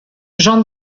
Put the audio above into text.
jean